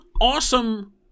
awesome